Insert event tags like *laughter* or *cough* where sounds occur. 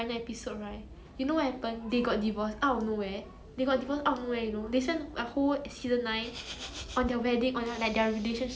*laughs*